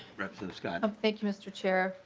scott um thank you mr. chair.